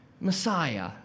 Messiah